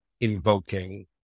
invoking